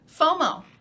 FOMO